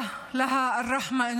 תרגומם:)